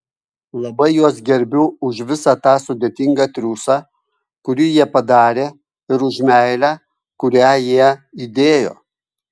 labai juos gerbiu už visą tą sudėtingą triūsą kurį jie padarė ir už meilę kurią jie įdėjo